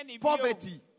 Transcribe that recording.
poverty